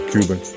Cuban